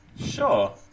Sure